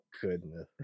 goodness